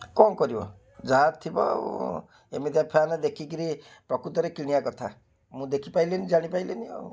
କ'ଣ କରିବ ଯାହା ଥିବ ଆଉ ଏମିତିଆ ଫ୍ୟାନ୍ ଦେଖିକରି ପ୍ରକୃତରେ କିଣିବା କଥା ମୁଁ ଦେଖି ପାରିଲିନି ଜାଣି ପାରିଲିନି ଆଉ